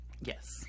Yes